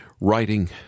writing